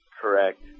Correct